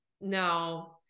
no